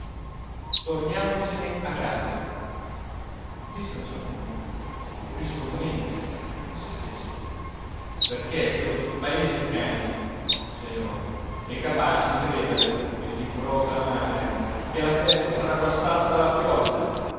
torniamocene a casa disse a un certo punto risolutamente a se stesso perché questo paese di cani se no è capace di credere e di proclamare che la festa sarà guastata dalla pioggia